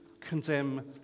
condemn